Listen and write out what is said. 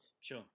Sure